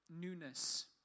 newness